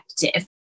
effective